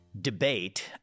debate